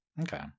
Okay